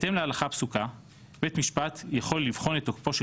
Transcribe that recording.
בהתאם להלכה הפסוקה בית משפט יכול לבחון את תוקפו של